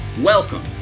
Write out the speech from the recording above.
Welcome